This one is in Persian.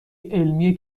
علمی